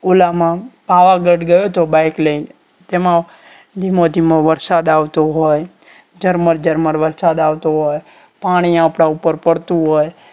ઓલામાં પાવાગઢ ગયો તો બાઈક લઈને તેમાં ધીમો ધીમો વરસાદ આવતો હોય ઝરમર ઝરમર વરસાદ આવતો હોય પાણી આપણા ઉપર પડતું હોય